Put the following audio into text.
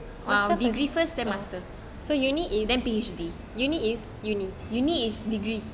so uni is uni is uni